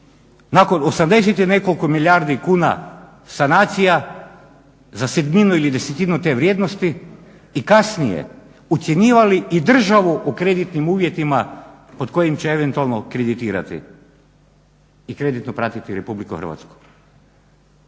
nakon 80 i nekoliko milijardi kuna sanacija za sitninu ili desetinu te vrijednosti i kasnije ucjenjivali i državu u kreditnim uvjetima pod kojim će eventualno kreditirati i kreditno pratiti Republiku Hrvatsku.